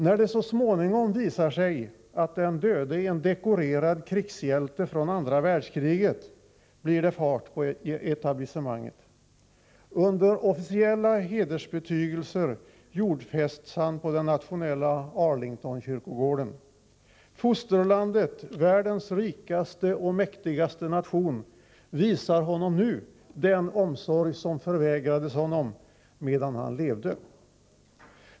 När det så småningom visar sig att den döde är en dekorerad krigshjälte från andra världskriget, blir det fart på etablissemanget. Under officiella hedersbetygelser jordfästs han på den nationella Arlingtonkyrkogården. Fosterlandet, världens rikaste och mäktigaste nation, visar honom nu den omsorg som förvägrades honom medan han levde.